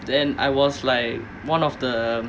and I was like one of the